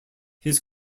his